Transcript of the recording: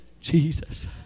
Jesus